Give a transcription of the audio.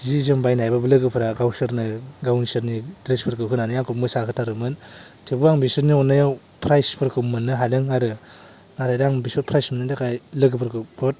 जि जोम बायनो हायाबाबो लोगोफोरा गावसोरनो गावसोरनि ड्रेसफोरखौ होनानै आंखौ मोसाहोथारोमोन थेवबो आं बिसोरनि अन्नायाव प्राइजफोरखौ मोननो हादों आरो आरो दा आं बिसोर प्राइज मोन्नायनि थाखाय लोगोफोरखौ बहुथ